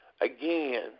again